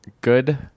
good